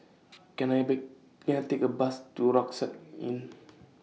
Can I Bay Can I Take A Bus to Rucksack Inn